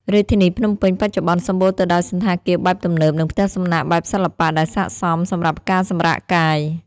រាជធានីភ្នំពេញបច្ចុប្បន្នសម្បូរទៅដោយសណ្ឋាគារបែបទំនើប និងផ្ទះសំណាក់បែបសិល្បៈដែលស័ក្តិសមសម្រាប់ការសម្រាកកាយ។